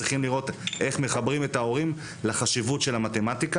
צריכים לראות איך מחברים את ההורים לחשיבות של המתמטיקה.